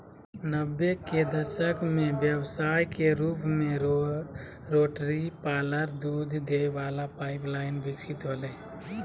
नब्बे के दशक में व्यवसाय के रूप में रोटरी पार्लर दूध दे वला पाइप लाइन विकसित होलय